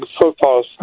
football